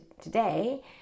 today